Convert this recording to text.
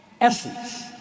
essence